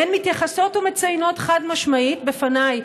הן מתייחסות ומציינות חד-משמעית בפניי,